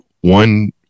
one